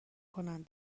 کنند